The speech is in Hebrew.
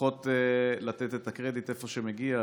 לפחות לתת את הקרדיט איפה שמגיע.